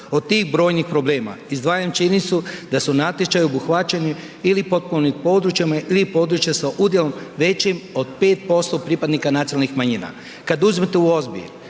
od tih brojnih problema, izdvajam činjenicu da su natječaju obuhvaćeni ili potpomognutim područjima ili područja sa udjelom većim od 5% pripadnika nacionalnih manjina. Kad uzmete u obzir